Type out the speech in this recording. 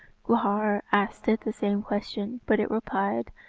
gwrhyr asked it the same question but it replied,